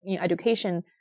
education